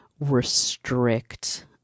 restrict